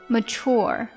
Mature